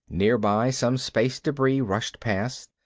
nearby some space debris rushed past,